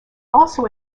also